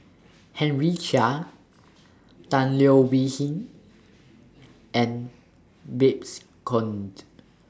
Henry Chia Tan Leo Wee Hin and Babes Conde